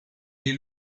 est